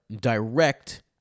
direct